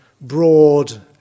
broad